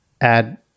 add